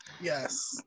yes